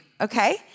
okay